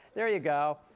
there you go.